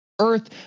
earth